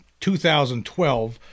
2012